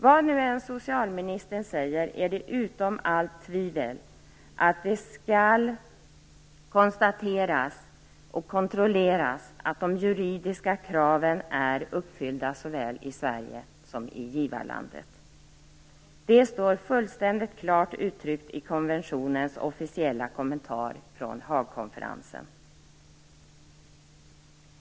Vad nu än biträdande socialministern säger är det utom allt tvivel att det skall konstateras och kontrolleras att de juridiska kraven är uppfyllda såväl i Sverige som i givarlandet. Det står fullständigt klart uttryckt i konventionens officiella kommentar från Haagkonferensen.